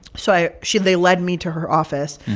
so i she they lead me to her office.